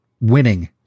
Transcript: winning